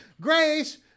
Grace